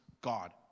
God